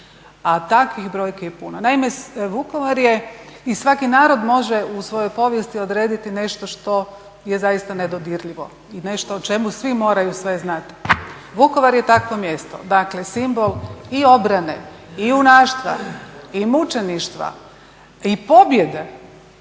a takvih brojki je puno. Naime, Vukovar je i svaki narod u svojoj povijesti odrediti nešto što je zaista nedodirljivo i nešto o čemu svi moraju sve znati. Vukovar je takvo mjesto, dakle simbol i obrane i junaštva i mučeništva i pobjede